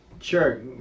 Sure